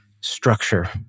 structure